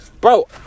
Bro